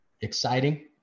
exciting